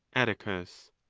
atticus.